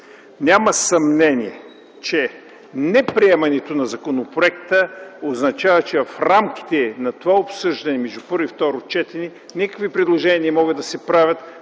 няма съмнение, че неприемането на законопроекта означава, че в рамките на това обсъждане, между първо и второ четене, никакви предложения не могат да се правят,